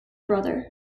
brother